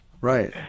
Right